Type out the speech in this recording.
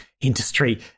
industry